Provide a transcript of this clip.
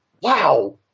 Wow